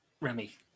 Remy